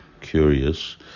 curious